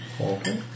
Okay